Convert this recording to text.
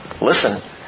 Listen